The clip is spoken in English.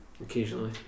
Occasionally